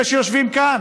אלה שיושבים כאן